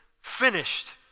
finished